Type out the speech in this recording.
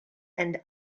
and